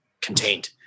contained